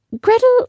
Gretel